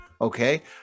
okay